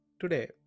Today